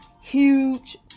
huge